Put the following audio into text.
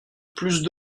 plus